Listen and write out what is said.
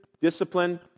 discipline